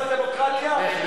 אתה יודע מה זה דמוקרטיה?